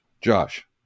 Josh